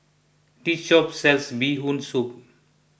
this shop sells Bee Hoon Soup